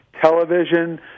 television